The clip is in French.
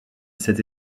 cette